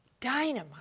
dynamite